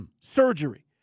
surgery